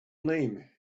name